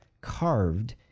carved